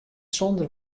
sûnder